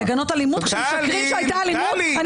לגנות אלימות כשמשקרים שהייתה אלימות?